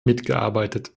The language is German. mitgearbeitet